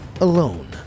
Alone